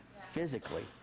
physically